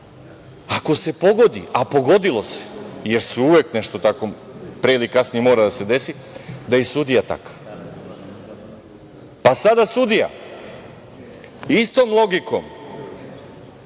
Ako se pogodi, a pogodilo se jer uvek nešto tako pre ili kasnije mora da se desi, da je i sudija takav, pa sada sudija istom logikom